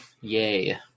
Yay